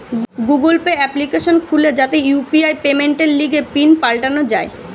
Google Pay application খুলে যাতে UPI পেমেন্টের লিগে পিন পাল্টানো যায়